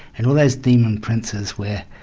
and all those demon princes were